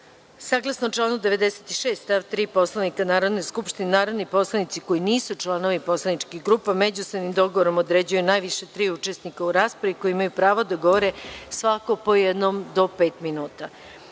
minuta. Saglasno članu 96. stav 3. Poslovnika Narodne skupštine, narodni poslanici koji nisu članovi poslaničkih grupa međusobnim dogovorom određuju najviše tri učesnika u raspravi, koji imaju pravo da govore svako po jednom do pet minuta. Molim